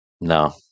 No